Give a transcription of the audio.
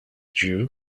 due